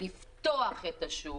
לפתוח את השוק